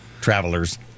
travelers